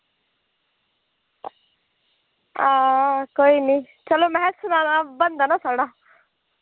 हां कोई नि चलो महा सनाना बनदा ना साढ़ा